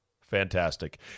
Fantastic